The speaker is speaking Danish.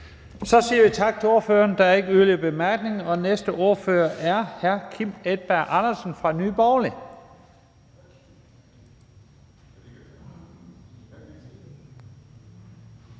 Så siger vi tak til ordføreren. Der er ikke yderligere korte bemærkninger, og næste ordfører er hr. Kim Edberg Andersen fra Nye Borgerlige.